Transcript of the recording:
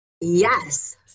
Yes